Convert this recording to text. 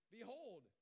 Behold